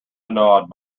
hanaud